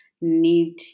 need